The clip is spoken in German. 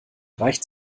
reicht